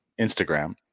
instagram